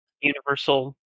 Universal